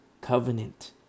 covenant